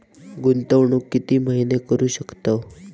गुंतवणूक किती महिने करू शकतव?